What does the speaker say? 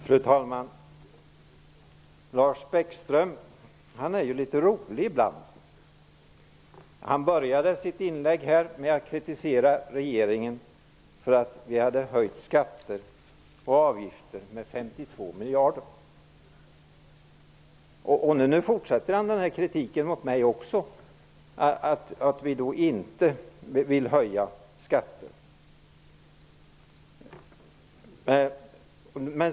Fru talman! Lars Bäckström är litet rolig ibland. Han började sitt inlägg med att kritisera regeringen för att den hade höjt skatter och avgifter med 52 miljarder kronor. Nu fortsätter han att rikta kritiken mot mig också, för att vi inte vill höja skatter.